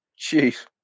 Jeez